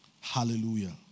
Hallelujah